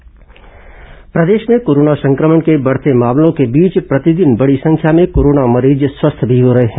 corona समाचार प्रदेश में कोरोना संक्रमण के बढ़ते मामलों के बीच प्रतिदिन बड़ी संख्या में कोरोना मरीज स्वस्थ भी हो रहे हैं